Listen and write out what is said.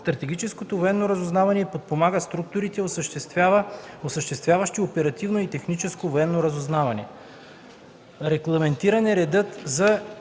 стратегическото военно разузнаване и подпомага структурите, осъществяващи оперативно и тактическо военно разузнаване. Регламентиран е редът за